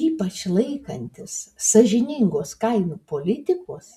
ypač laikantis sąžiningos kainų politikos